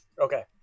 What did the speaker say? Okay